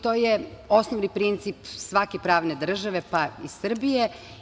To je osnovni princip svake pravne države, pa i Srbije.